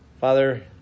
Father